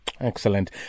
Excellent